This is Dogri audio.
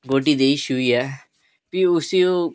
गोड्डी देई शुइयै